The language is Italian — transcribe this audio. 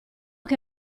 che